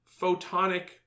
photonic